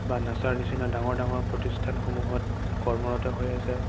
বা নাছাৰ নিচিনা ডাঙৰ ডাঙৰ প্ৰতিষ্ঠানসমূহত কৰ্মৰত হৈ আছে